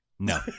No